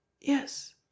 Yes